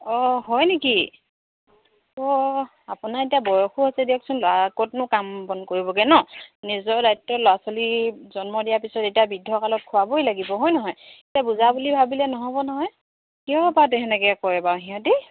অঁ হয় নেকি অঁ আপোনাৰ এতিয়া বয়সো আছে দিয়কচোন ল'ৰা ক'তনো কাম বন কৰিবগৈ ন নিজৰ দায়িত্ব ল'ৰা ছোৱালী জন্ম দিয়াৰ পিছত এতিয়া বৃদ্ধকালত খোৱাবই লাগিব হয় নহয় এতিয়া বোজা বুলি ভাবিলে নহ'ব নহয় কিয় বাৰু তেনেকৈ কৰে বাৰু সিহঁতে